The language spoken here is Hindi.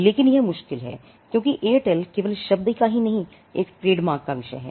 लेकिन यह मुश्किल है क्योंकि एयरटेल केवल शब्द ही का एक नहीं ट्रेडमार्क का विषय है